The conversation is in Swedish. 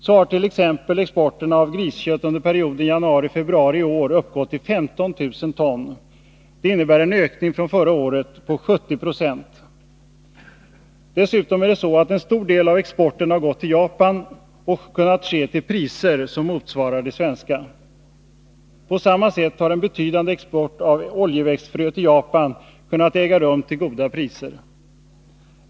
Exempelvis har exporten av griskött under perioden januari— februari i år uppgått till 15 000 ton. Det innebär en ökning från motsvarande period föregående år på 70 76. Dessutom har en stor del av exporten gått till Japan och kunnat ske till priser som motsvarar de svenska. På samma sätt har en betydande export av oljeväxtfrö till Japan kunnat äga rum till goda priser.